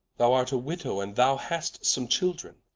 thou art a widow, and thou hast some children,